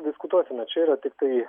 diskutuosime čia yra tiktai